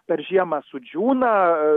per žiemą sudžiūna